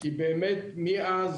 כי באמת מאז